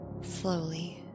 slowly